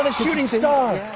um shooting star!